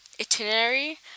itinerary